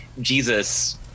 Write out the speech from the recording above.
Jesus